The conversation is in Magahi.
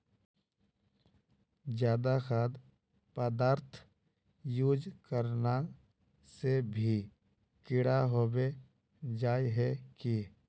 ज्यादा खाद पदार्थ यूज करना से भी कीड़ा होबे जाए है की?